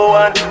one